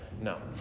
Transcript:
No